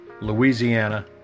Louisiana